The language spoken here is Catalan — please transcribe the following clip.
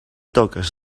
toques